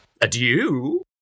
Adieu